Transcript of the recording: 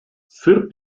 sırp